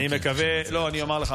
אני אומר לך,